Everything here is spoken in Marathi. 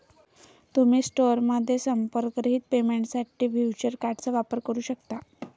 तुम्ही स्टोअरमध्ये संपर्करहित पेमेंटसाठी व्हर्च्युअल कार्ड वापरू शकता